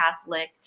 Catholic